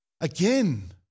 Again